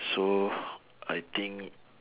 so I think